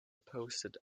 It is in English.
posted